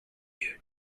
you